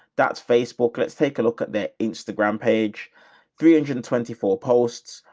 that's facebook, let's take a look at their instagram page three hundred and twenty four posts,